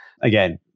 again